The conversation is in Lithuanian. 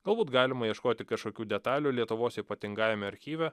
galbūt galima ieškoti kažkokių detalių lietuvos ypatingajame archyve